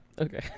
Okay